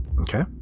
Okay